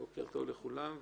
בוקר טוב לכולם.